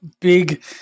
big